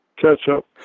Ketchup